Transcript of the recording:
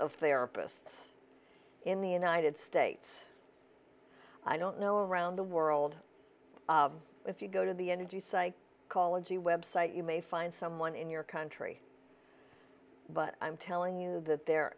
of therapist in the united states i don't know around the world if you go to the energy site call a g website you may find someone in your country but i'm telling you that there